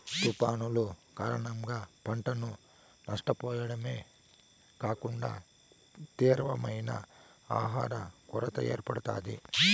తుఫానులు కారణంగా పంటను నష్టపోవడమే కాకుండా తీవ్రమైన ఆహర కొరత ఏర్పడుతాది